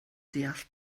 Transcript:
deall